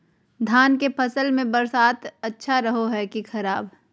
धान के फसल में बरसात अच्छा रहो है कि खराब?